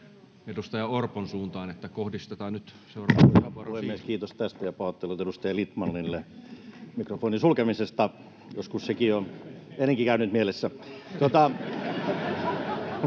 edustaja Orpolle. Arvoisa puhemies! Kiitos tästä, ja pahoittelut edustaja Lindtmanille mikrofonin sulkemisesta. Joskus se on ennenkin käynyt mielessä.